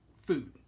food